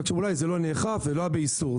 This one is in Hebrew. אולי זה לא נאכף ולא היה באיסור.